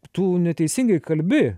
tų neteisingai kalbi